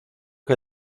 que